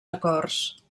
acords